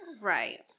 Right